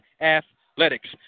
athletics